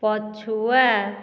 ପଛୁଆ